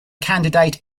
candidate